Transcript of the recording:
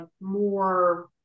more